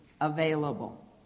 available